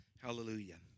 Hallelujah